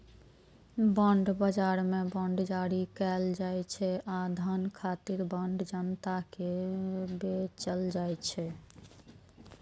bond बाजार मे bond जारी कैल जाइ छै आ धन खातिर बांड जनता कें बेचल जाइ छै